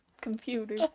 computer